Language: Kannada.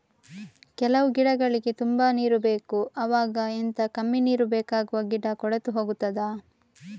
ಕೆಲವು ಗಿಡಗಳಿಗೆ ತುಂಬಾ ನೀರು ಬೇಕು ಅವಾಗ ಎಂತ, ಕಮ್ಮಿ ನೀರು ಬೇಕಾಗುವ ಗಿಡ ಕೊಳೆತು ಹೋಗುತ್ತದಾ?